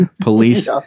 Police